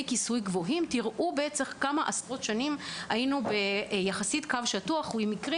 כיסוי גבוהים תראו כמה עשרות שנים היינו בקו שטוח ובמקרים